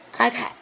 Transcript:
okay